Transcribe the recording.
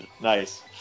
Nice